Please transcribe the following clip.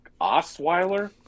Osweiler